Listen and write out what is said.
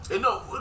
No